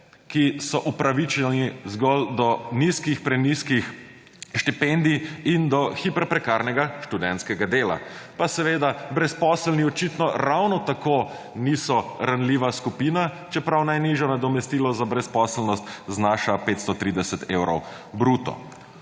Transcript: ki so upravičeni zgolj do nizkih, prenizkih štipendij in do hiper prekarnega študentskega dela pa seveda brezposelni očitno ravno tako niso ranljiva skupina, čeprav najnižje nadomestilo za brezposelnost znaša 530 evrov bruto.